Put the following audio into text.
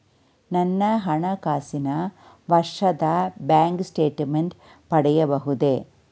ನನ್ನ ಹಣಕಾಸಿನ ವರ್ಷದ ಬ್ಯಾಂಕ್ ಸ್ಟೇಟ್ಮೆಂಟ್ ಪಡೆಯಬಹುದೇ?